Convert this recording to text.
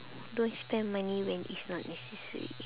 don't spend money when it's not necessary